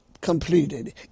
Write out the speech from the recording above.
completed